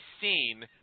seen